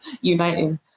uniting